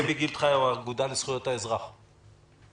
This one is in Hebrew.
דבי גילד חיו, האגודה לזכויות האזרח, בבקשה.